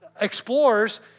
explorers